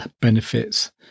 benefits